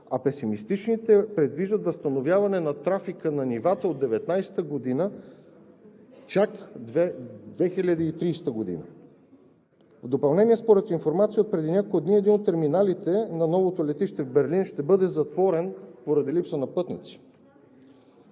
а песимистичните предвиждат възстановяване на трафика на нивата от 2019 г. – чак 2030 г. В допълнение, според информация отпреди няколко дни, един от терминалите на новото летище Берлин ще бъде затворен поради липса на пътници.